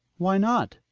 why not?